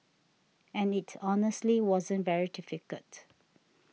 and it honestly wasn't very difficult